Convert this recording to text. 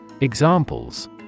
Examples